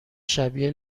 شبیه